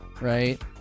right